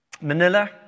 Manila